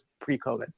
pre-COVID